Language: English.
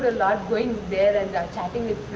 a lot going there and um chatting